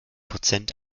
prozent